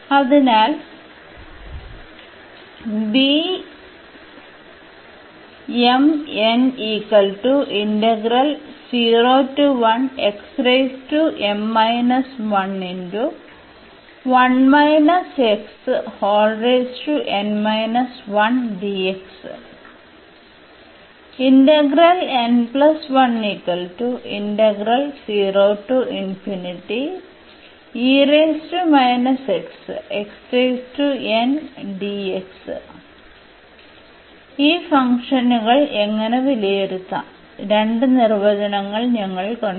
അതിനാൽ ഈ ഫംഗ്ഷനുകൾ എങ്ങനെ വിലയിരുത്താം രണ്ട് നിർവചനങ്ങൾ ഞങ്ങൾ കണ്ടു